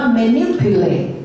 manipulate